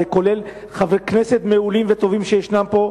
זה כולל חברי כנסת מעולים וטובים שיש פה,